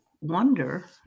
wonder